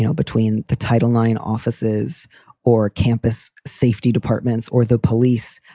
you know between the title nine offices or campus safety departments or the police,